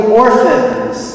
orphans